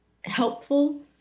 helpful